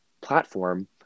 platform